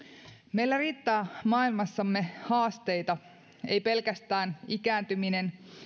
meillä riittää maailmassamme haasteita ei pelkästään ikääntyminen